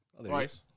Right